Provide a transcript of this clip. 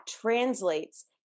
translates